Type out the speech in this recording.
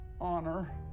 ...honor